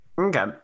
Okay